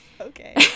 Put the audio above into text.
Okay